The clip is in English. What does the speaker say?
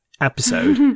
episode